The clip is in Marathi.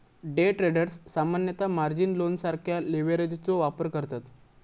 डे ट्रेडर्स सामान्यतः मार्जिन लोनसारख्या लीव्हरेजचो वापर करतत